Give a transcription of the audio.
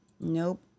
Nope